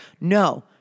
No